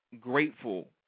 grateful